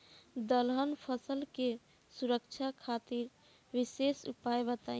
दलहन फसल के सुरक्षा खातिर विशेष उपाय बताई?